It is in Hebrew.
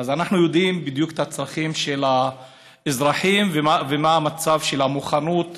אז אנחנו יודעים בדיוק את הצרכים של האזרחים ומה המצב של המוכנות